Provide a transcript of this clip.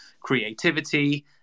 creativity